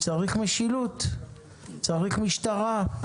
צריך משילות, צריך משטרה,